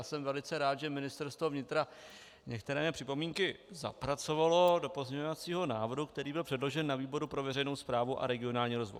Jsem velice rád, že Ministerstvo vnitra některé mé připomínky zapracovalo do pozměňovacího návrhu, který byl předložen na výboru pro veřejnou správu a regionální rozvoj.